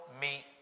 meet